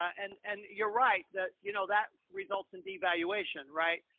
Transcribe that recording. and, and you're right, that, you know, that results in devaluation, right?